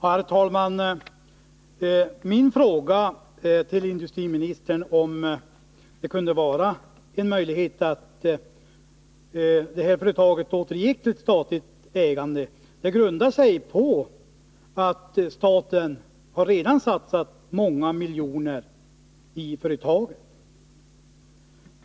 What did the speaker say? Herr talman! Min fråga till industriministern, om det kunde finnas en möjlighet att det här företaget återgick till statligt ägande, grundar sig på att staten redan har satsat många miljoner i företaget.